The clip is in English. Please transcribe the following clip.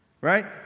Right